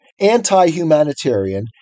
anti-humanitarian